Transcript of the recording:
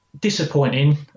disappointing